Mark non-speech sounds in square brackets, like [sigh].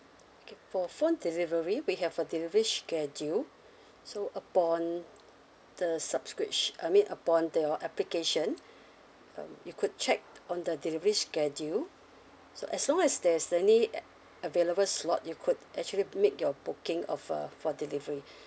okay for phone delivery we have a delivery schedule so upon the subscrip~ I mean upon your application um you could check on the delivery schedule so as long as there's any a~ available slot you could actually make your booking of uh for delivery [breath]